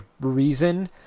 reason